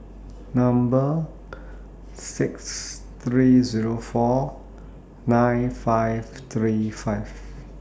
Number six three Zero four nine five three five